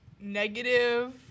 negative